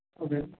okay